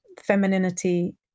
femininity